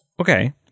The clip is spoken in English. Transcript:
Okay